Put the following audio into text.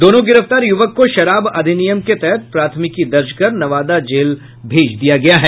दोनों गिरफ्तार युवक को शराब अधिनियम के तहत प्राथमिकी दर्ज कर नवादा जेल भेज दिया गया है